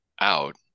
out